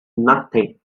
nothing